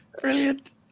Brilliant